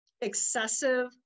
excessive